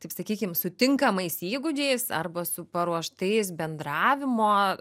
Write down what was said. taip sakykim su tinkamais įgūdžiais arba su paruoštais bendravimo